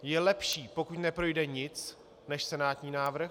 Je lepší, pokud neprojde nic než senátní návrh.